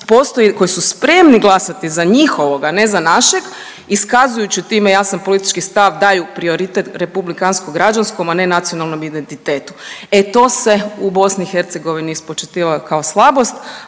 koji su spremni glasati za njihovog, a ne za našeg iskazujući time jasan politički stav daju prioritet republikansko-građanskom, a ne nacionalnom identitetu. E to se u BiH spočitava kao slabost,